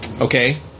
Okay